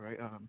right